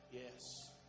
Yes